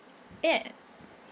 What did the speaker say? ya